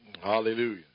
Hallelujah